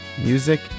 Music